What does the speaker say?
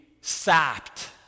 sapped